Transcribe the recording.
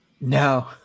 No